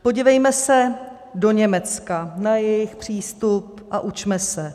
Podívejme se do Německa na jejich přístup a učme se.